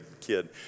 kid